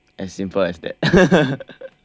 as simple as that ya